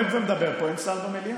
אני עומד ומדבר פה ואין שר במליאה